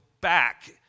back